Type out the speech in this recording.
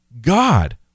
God